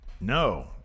No